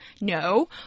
no